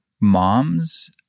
moms